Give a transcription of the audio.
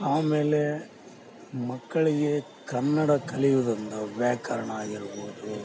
ಆಮೇಲೆ ಮಕ್ಕಳಿಗೆ ಕನ್ನಡ ಕಲಿಯೋದೊಂದು ವ್ಯಾಕರಣ ಆಗಿರ್ಬೋದು